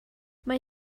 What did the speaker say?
mae